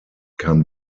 kam